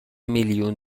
میلیون